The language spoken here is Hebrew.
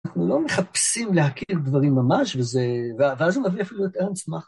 אנחנו לא מחפשים להכיר דברים ממש, וזה... ואז זה מביא אפילו יותר עוצמה.